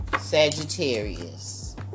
Sagittarius